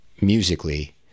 musically